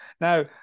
Now